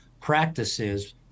practices